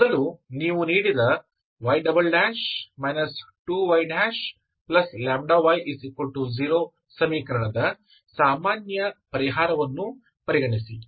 ಮೊದಲು ನೀವು ನೀಡಿದ y 2yλy0 ಸಮೀಕರಣದ ಸಾಮಾನ್ಯ ಪರಿಹಾರವನ್ನು ಪರಿಗಣಿಸಿ